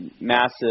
massive